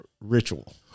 ritual